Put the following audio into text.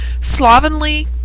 Slovenly